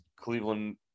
Cleveland